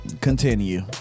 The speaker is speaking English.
Continue